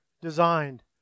designed